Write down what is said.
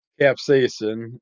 capsaicin